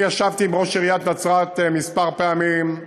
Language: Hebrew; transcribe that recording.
אני ישבתי עם ראש עיריית נצרת כמה פעמים,